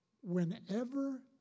whenever